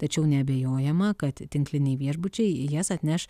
tačiau neabejojama kad tinkliniai viešbučiai jas atneš